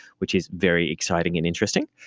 which is very exciting and interesting.